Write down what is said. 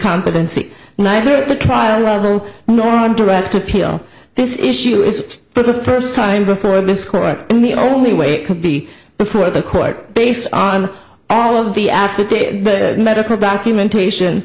competency neither the trial level nor on direct appeal this issue is for the first time before this court and the only way it could be before the court based on all of the affidavit the medical documentation